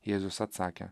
jėzus atsakė